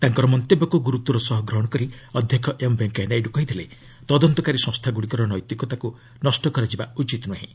ତାଙ୍କର ମନ୍ତବ୍ୟକୁ ଗୁରୁତ୍ୱର ସହ ଗ୍ରହଣ କରି ଅଧ୍ୟକ୍ଷ ଏମ୍ ଭେଙ୍କିୟା ନାଇଡୁ କହିଥିଲେ ତଦନ୍ତକାରୀ ସଂସ୍ଥାଗୁଡ଼ିକର ନୈତିକତାକୁ ନଷ୍ଟ କରାଯିବା ଉଚିତ ନୁହେଁ